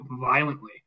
violently